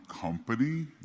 company